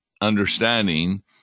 understanding